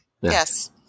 Yes